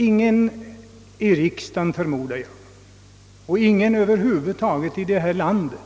Ingen i riksdagen, förmodar jag, och ingen över huvud taget i det här landet